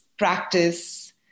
Practice